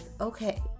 okay